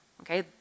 okay